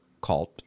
called